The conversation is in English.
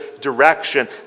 direction